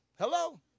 Hello